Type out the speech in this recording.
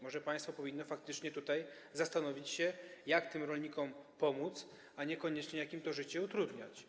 Może państwo powinno faktycznie zastanowić się, jak tym rolnikom pomóc, a niekoniecznie jak im to życie utrudniać.